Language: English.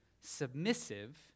submissive